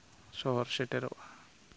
ᱥᱚᱦᱚᱨ ᱥᱮᱴᱮᱨᱚᱜᱼᱟ